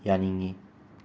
ꯌꯥꯅꯤꯡꯉꯤ